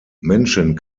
menschen